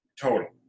total